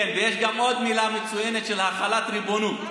כן, ויש גם עוד מילה מצוינת: החלת ריבונות,